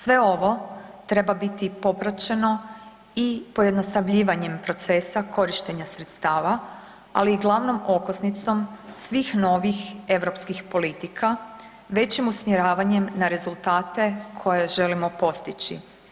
Sve ovo treba biti popraćeno i pojednostavljivanjem procesa korištenja sredstava, ali i glavnom okosnicom svih novih europskih politika, većim usmjeravanjem na rezultate koje želimo postići.